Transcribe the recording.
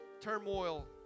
turmoil